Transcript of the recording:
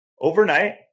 overnight